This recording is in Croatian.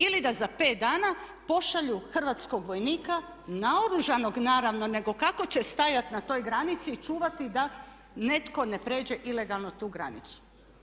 Ili da za 5 dana pošalju hrvatskog vojnika naoružanog naravno nego kako će stajati na toj granici i čuvati da netko ne prijeđe ilegalno tu granicu.